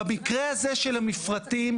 במקרה הזה של המפרטים,